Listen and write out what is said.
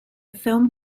film